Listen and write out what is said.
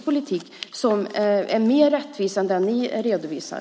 Den är mer rättvis än den ni redovisar.